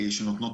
על מסגרות